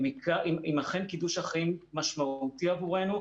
אם אכן קידוש החיים משמעותי עבורנו,